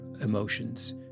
emotions